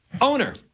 owner